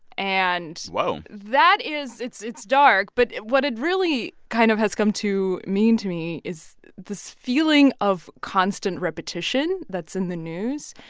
and. whoa. that is it's it's dark. but what it really kind of has come to mean to me is this feeling of constant repetition that's in the news.